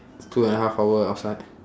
two and a half hour outside